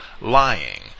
lying